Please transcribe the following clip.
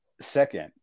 Second